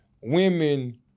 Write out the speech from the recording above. women